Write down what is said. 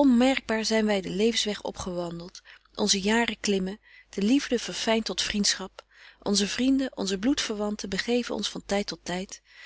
onmerkbaar zyn wy den levensweg opgewandelt onze jaren klimmen de liefde verfynt tot vriendschap onze vrienden onze bloedverwanten begeven ons van tyd tot tyd